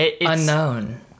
unknown